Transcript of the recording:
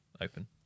open